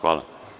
Hvala.